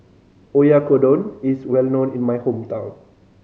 oyakodon is well known in my hometown